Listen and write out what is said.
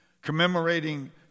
commemorating